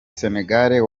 senegal